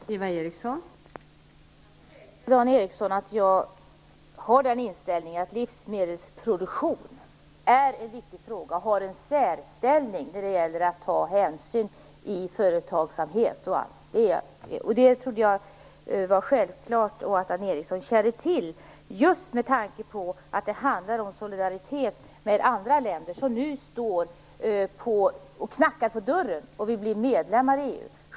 Fru talman! Jag försäkrar Dan Ericsson att jag har den inställningen. Livsmedelsproduktion är en viktig fråga och har en särställning när det gäller att ta hänsyn i fråga om företagsamhet och annat. Det trodde jag var självklart och att Dan Ericsson kände till, just med tanke på att det handlar om solidaritet med andra länder som nu knackar på dörren och vill bli medlemmar i EU.